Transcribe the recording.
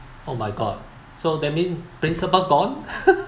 oh my god so that mean principal gone